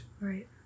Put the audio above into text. Right